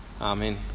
Amen